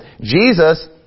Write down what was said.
Jesus